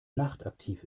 nachtaktiv